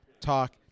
talk